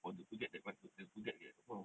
for to to get that to to get the amount